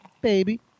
baby